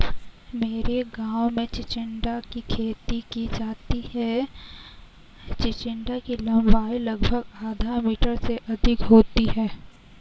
मेरे गांव में चिचिण्डा की खेती की जाती है चिचिण्डा की लंबाई लगभग आधा मीटर से अधिक होती है